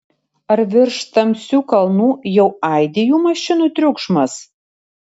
ar virš tamsių kalnų jau aidi jų mašinų triukšmas